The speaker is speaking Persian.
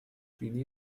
بینی